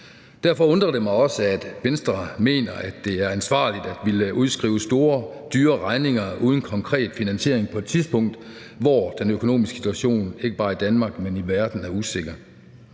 Derfor undrer det mig også, at Venstre mener, at det er ansvarligt at ville udskrive store og dyre regninger uden konkret finansiering på et tidspunkt, hvor den økonomiske situation ikke bare i Danmark, men i verden er usikker.